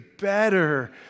better